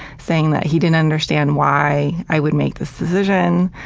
saying that he didn't understand why i would make this decision.